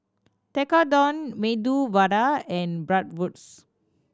Tekkadon Medu Vada and Bratwurst